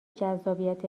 جذابیت